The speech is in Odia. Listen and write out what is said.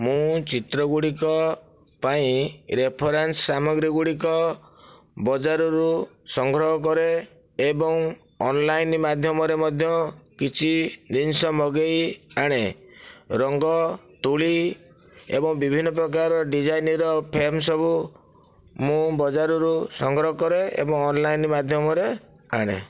ମୁଁ ଚିତ୍ରଗୁଡ଼ିକ ପାଇଁ ରେଫରେନ୍ସ ସାମଗ୍ରୀଗୁଡ଼ିକ ବଜାରରୁ ସଂଗ୍ରହ କରେ ଏବଂ ଅନ୍ଲାଇନ୍ ମାଧ୍ୟମରେ ମଧ୍ୟ କିଛି ଜିନିଷ ମଗେଇ ଆଣେ ରଙ୍ଗ ତୂଳି ଏବଂ ବିଭିନ୍ନ ପ୍ରକାର ଡିଜାଇନ୍ର ଫ୍ରେମ୍ ସବୁ ମୁଁ ବଜାରରୁ ସଂଗ୍ରହ କରେ ଏବଂ ଅନ୍ଲାଇନ୍ ମାଧ୍ୟମରେ ଆଣେ